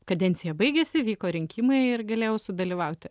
kadencija baigėsi vyko rinkimai ir galėjau sudalyvauti